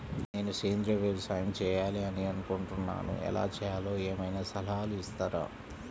నేను సేంద్రియ వ్యవసాయం చేయాలి అని అనుకుంటున్నాను, ఎలా చేయాలో ఏమయినా సలహాలు ఇస్తారా?